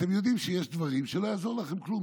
אתם יודעים שיש דברים שלא יעזור לכם כלום,